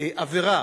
עבירה,